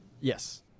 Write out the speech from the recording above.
Yes